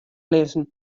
lizzen